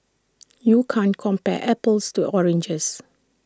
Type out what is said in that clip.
you can't compare apples to oranges